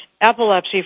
Epilepsy